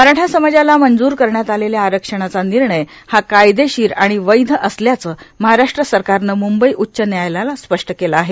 मराठा समाजाला मंजूर करण्यात आलेल्या आरक्षणाचा निर्णय हा कायदेशिर आणि वैद्य असल्याचं महाराष्ट्र सरकारनं म्रंबई उच्च न्यायालयाला स्पष्ट केलं आहे